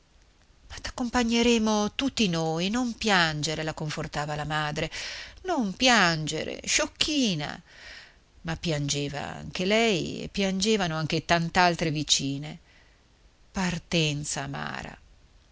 t'accompagneremo tutti noi non piangere la confortava la madre non piangere sciocchina ma piangeva anche lei e piangevano anche tant'altre vicine partenza amara